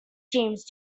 james